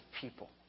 people